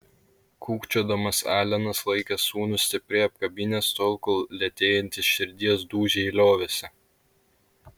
kūkčiodamas alenas laikė sūnų stipriai apkabinęs tol kol lėtėjantys širdies dūžiai liovėsi